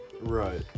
Right